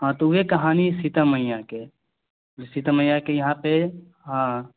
हँ तऽ ऊहे कहानी है सीता मैया के सीता मैया के यहाँपे हँ